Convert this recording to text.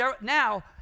now